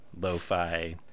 lo-fi